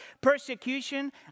persecution